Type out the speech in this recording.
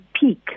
peak